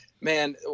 man